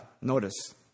notice